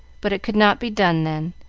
but it could not be done then,